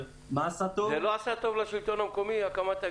הקמת תאגידי המים לא עשתה טוב לשלטון המקומי?